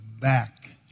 back